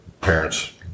Parents